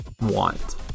want